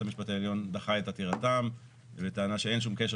המשפט העליון דחה את עתירתם בטענה שאין שום קשר